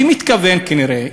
במתכוון כנראה,